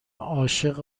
عاشق